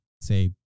say